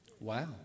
Wow